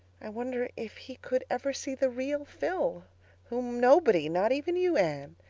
i wondered if he could ever see the real phil whom nobody, not even you, anne,